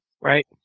Right